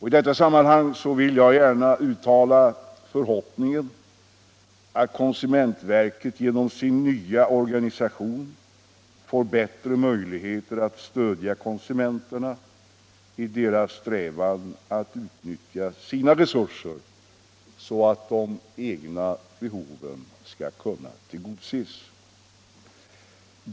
I dessa sammanhang vill jag gärna uttala förhoppningen att konsumentverket genom sin nya organisation skall få bättre möjligheter att stödja konsumenterna i deras strävan att utnyttja sina resurser så att de egna behoven skall kunna tillgodoses.